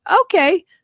Okay